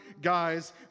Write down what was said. guys